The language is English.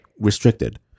restricted